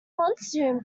monsoon